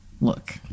look